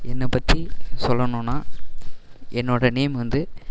என்னை பற்றி சொல்லணுனால் என்னோட நேம் வந்து